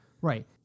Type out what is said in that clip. Right